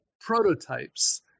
prototypes